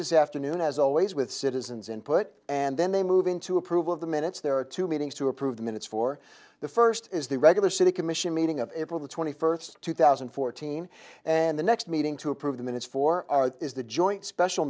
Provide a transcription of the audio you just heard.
this afternoon as always with citizens input and then they move into approval of the minutes there are two meetings to approve the minutes for the first is the regular city commission meeting of april the twenty first two thousand and fourteen and the next meeting to approve the minutes for is the joint special